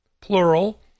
plural